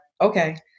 okay